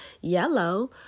yellow